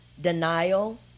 denial